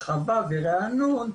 הרחבה וריענון,